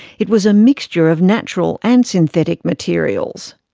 it was a mixture of natural and synthetic materials.